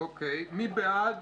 מי בעד?